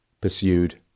pursued